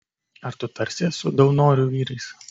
ar tu tarsies su daunorių vyrais